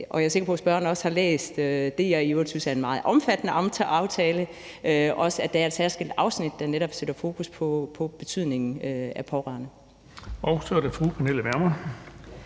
jeg er sikker på, at spørgeren også har læst den aftale, som jeg i øvrigt synes er en meget omfattende aftale, og der er et særskilt afsnit, der netop sætter fokus på betydningen af pårørende.